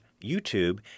YouTube